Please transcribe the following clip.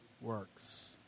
works